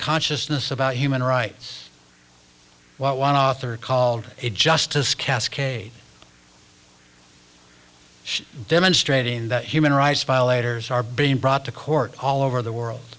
consciousness about human rights what one author called a justice cascade demonstrating that human rights violators are being brought to court all over the world